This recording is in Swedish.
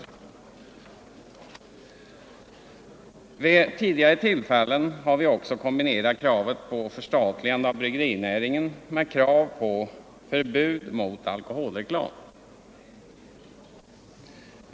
Vid tidigare tillfällen har vi också kombinerat kravet på förstatligande av bryggerinäringen med krav på förbud mot alkoholreklam.